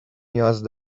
نیاز